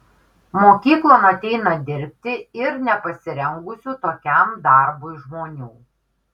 mokyklon ateina dirbti ir nepasirengusių tokiam darbui žmonių